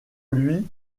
lui